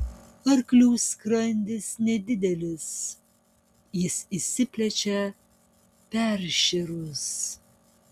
arklių skrandis nedidelis jis išsiplečia peršėrus